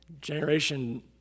Generation